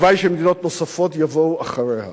והלוואי שמדינות נוספות יבואו אחריה.